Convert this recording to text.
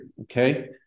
okay